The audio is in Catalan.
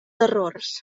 errors